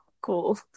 cool